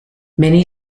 many